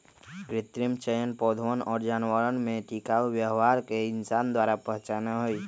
कृत्रिम चयन पौधवन और जानवरवन में टिकाऊ व्यवहार के इंसान द्वारा पहचाना हई